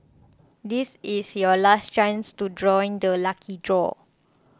this is your last chance to join the lucky draw